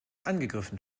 angegriffen